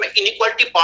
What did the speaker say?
inequality